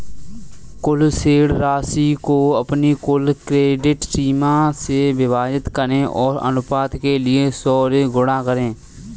कुल शेष राशि को अपनी कुल क्रेडिट सीमा से विभाजित करें और अनुपात के लिए सौ से गुणा करें